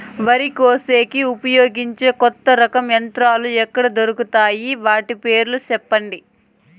వరి కోసేకి ఉపయోగించే కొత్త రకం యంత్రాలు ఎక్కడ దొరుకుతాయి తాయి? వాటి రేట్లు చెప్పండి?